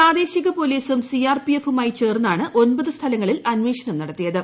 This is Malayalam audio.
പ്രാദേശിക പോലീസും സി ആർ പി എഫുമായി ചേർന്നാണ് ഒൻപത് സ്ഥലങ്ങളിൽ അന്വേഷണം നടത്തിയത്